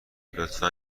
لطفا